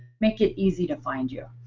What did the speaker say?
make it easy to find you.